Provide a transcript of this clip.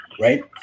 right